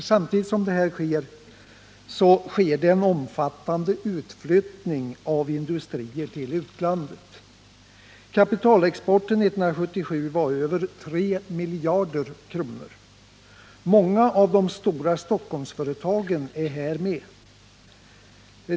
Samtidigt som detta händer sker det en omfattande utflyttning av industrier till utlandet. Kapitalexporten 1977 var över 3 miljarder kronor. Många av de stora Stockholmsföretagen är här med.